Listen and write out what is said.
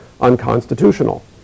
unconstitutional